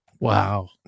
Wow